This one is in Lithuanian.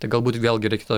tai galbūt vėlgi reiktų